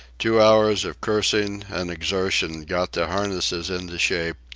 two hours of cursing and exertion got the harnesses into shape,